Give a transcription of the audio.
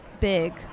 big